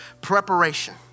preparation